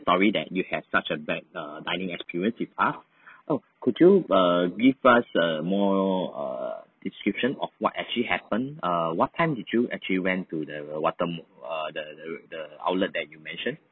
sorry that you have such a bad err dining experience with us oh could you err give us err more err description of what actually happened err what time did you actually went to the water~ uh the the outlet that you mentioned